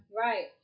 Right